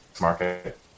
market